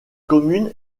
commune